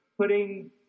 putting